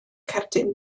cerdyn